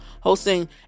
hosting